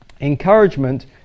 encouragement